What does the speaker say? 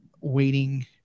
waiting